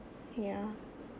yeah